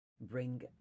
bring